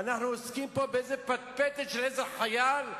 ואנחנו עוסקים פה באיזו פטפטת של איזה חייל,